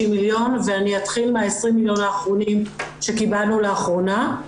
מיליון ואני אתחיל מה-20 מיליון האחרונים שקיבלנו לאחרונה.